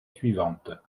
suivante